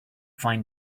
find